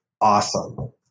awesome